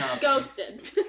Ghosted